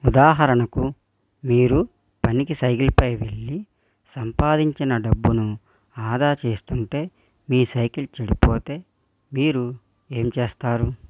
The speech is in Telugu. ఉదాహరణకు మీరు పనికి సైకిల్పై వెళ్ళి సంపాదించిన డబ్బును ఆదా చేస్తుంటే మీ సైకిల్ చెడిపోతే మీరు ఏం చేస్తారు